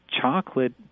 chocolate